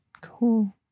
cool